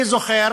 אני זוכר